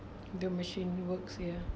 the machine works here